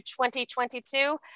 2022